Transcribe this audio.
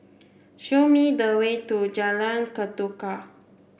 show me the way to Jalan Ketuka